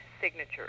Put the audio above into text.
signatures